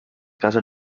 casa